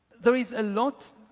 there is a lot,